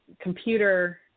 computer